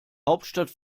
hauptstadt